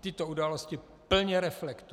tyto události plně reflektují.